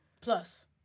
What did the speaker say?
Plus